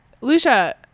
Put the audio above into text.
Lucia